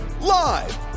live